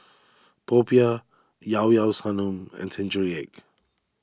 Popiah Llao Llao Sanum and Century Egg